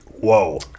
whoa